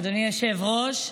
אדוני היושב-ראש,